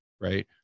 right